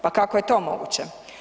Pa kako je to moguće?